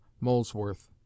Molesworth